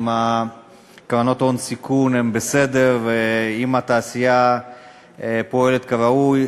ואם קרנות הון סיכון הן בסדר ואם התעשייה פועלת כראוי.